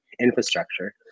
infrastructure